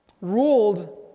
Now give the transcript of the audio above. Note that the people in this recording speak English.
ruled